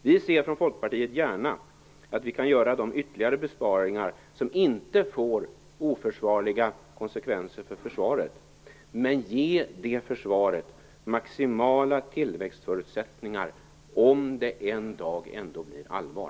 Vi ser från Folkpartiet gärna att vi kan göra de ytterligare besparingar som inte får oförsvarliga konsekvenser för försvaret men som ger det försvaret maximala tillväxtförutsättningar om det en dag ändå blir allvar.